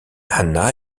anna